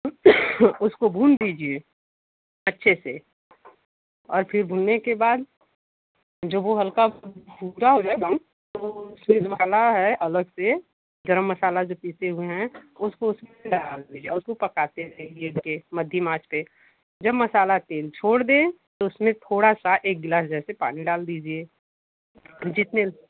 उसको भून दीजिए अच्छे से और फिर भूनने के बाद जो वो हल्का भूरा हो जाए ब्राउन फिर डालना है अलग से गरम मसाला जो पीसे हैं उसको डाल दीजिए और उसको पकाते रहिए तो मद्धम आँच पर जब मसाला तेल छोड़ दे तो उसमें थोड़ा स एक गिलास जैसे पानी डाल दीजिए जितने